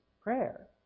prayer